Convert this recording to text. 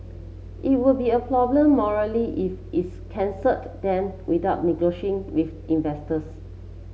it would be a problem morally if it's cancelled them without negotiating with investors